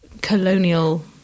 colonial